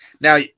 Now